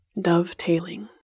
dovetailing